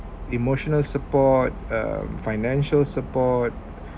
emotional support uh financial support